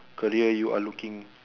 career you are looking